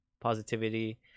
positivity